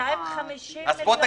לא,